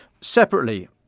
Separately